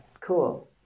cool